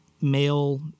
male